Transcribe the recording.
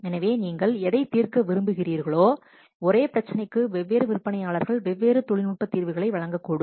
எனவே நீங்கள் எதைத் தீர்க்க விரும்புகிறீர்கள் ஒரே பிரச்சினைக்கு வெவ்வேறு விற்பனையாளர்கள் வெவ்வேறு தொழில்நுட்ப தீர்வுகளை வழங்கக்கூடும்